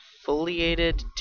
foliated